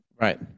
Right